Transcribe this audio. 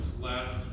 last